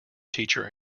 teacher